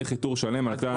הליך איתור שונה.